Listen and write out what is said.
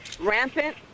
rampant